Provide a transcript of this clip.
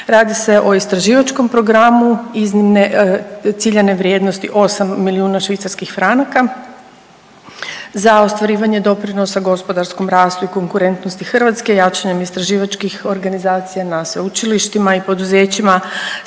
radi se o istraživačkom programu iznimne ciljane vrijednosti 8 milijuna švicarskih franaka za ostvarivanje doprinosa gospodarskom rastu i konkurentnosti Hrvatske jačanjem istraživačkih organizacija na sveučilištima i poduzećima